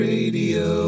Radio